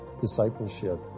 discipleship